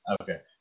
okay